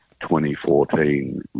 2014